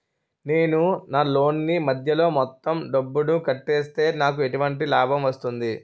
నేను నా లోన్ నీ మధ్యలో మొత్తం డబ్బును కట్టేస్తే నాకు ఎటువంటి లాభం వస్తుంది?